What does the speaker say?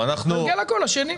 להעביר את הכול לשני.